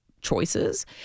choices